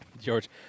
George